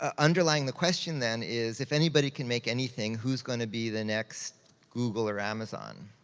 ah underlying the question then is, if anybody can make anything, who's gonna be the next google or amazon?